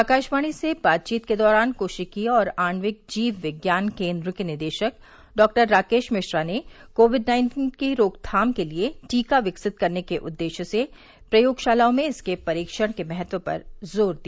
आकाशवाणी से बातचीत के दौरान कोशिकीय और आण्विक जीव विज्ञान केंद्र के निदेशक डॉ राकेश मिश्रा ने कोविड नाइन्टीन की रोकथाम के लिए टीका विकसित करने के उद्देश्य से प्रयोगशालाओं में इसके परीक्षण के महत्व पर जोर दिया